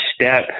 step